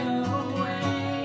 away